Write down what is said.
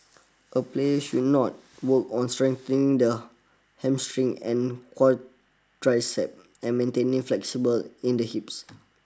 a play should not work on strengthening the hamstring and quadriceps and maintaining flexible in the hips